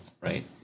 right